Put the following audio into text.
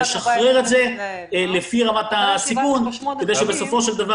לשחרר את האנשים לפי רמת הסיכון כדי שבסופו של דבר